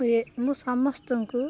ହୁଏ ମୁଁ ସମସ୍ତଙ୍କୁ